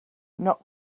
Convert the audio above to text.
not